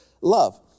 love